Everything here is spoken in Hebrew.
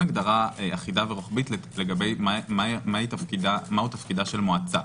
הגדרה אחידה ורוחבית לגבי מה תפקידה של מועצה.